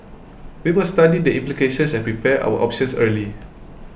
we must study the implications and prepare our options early